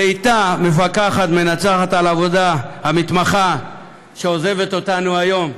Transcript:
ואתה מפקחת ומנצחת על העבודה המתמחה שעוזבת אותנו היום,